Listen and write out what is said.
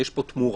יש פה תמורה.